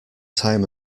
time